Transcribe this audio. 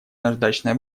наждачная